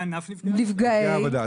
בענף נפגעי עבודה.